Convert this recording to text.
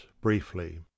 briefly